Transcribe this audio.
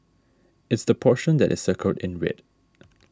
it's the portion that is circled in red